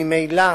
ממילא